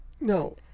No